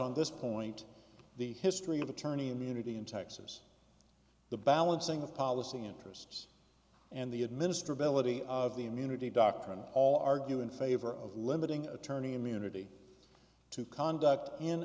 on this point the history of attorney immunity in texas the balancing of policy interests and the administer ability of the immunity doctrine all argue in favor of limiting attorney immunity to conduct in